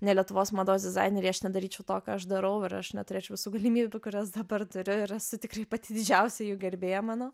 ne lietuvos mados dizaineriai aš nedaryčiau to ką aš darau ir aš neturėčiau visų galimybių kurias dabar turiu ir esu tikrai pati didžiausia jų gerbėja manau